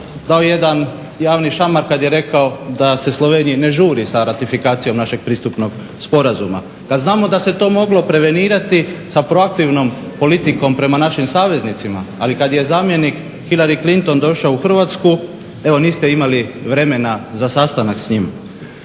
dao jedan javni šamar kada je rekao da se Sloveniji ne žuri s ratifikacijom našeg pristupnog sporazuma. Kad znamo da se to moglo prevenirati s proaktivnom politikom prema našim saveznicima. Ali kad je zamjenik Hilari Clinton došao u Hrvatsku evo niste imali vremena za sastanak s njim.